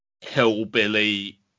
hillbilly